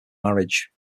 marriage